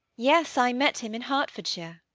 yes, i met him in hertfordshire.